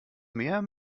mehr